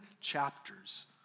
chapters